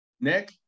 Nick